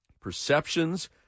Perceptions